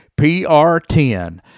PR10